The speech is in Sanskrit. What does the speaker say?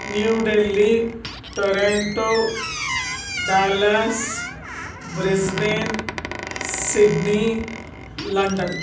new Delhi Toronto Dallas Brisbane Sydney London